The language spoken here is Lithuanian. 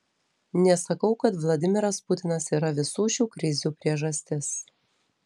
nesakau kad vladimiras putinas yra visų šių krizių priežastis